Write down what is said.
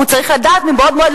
הוא צריך לדעת מבעוד מועד,